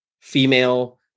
female